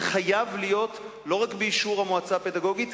זה חייב להיות לא רק באישור המועצה הפדגוגית,